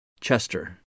Chester